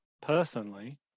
personally